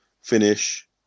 finish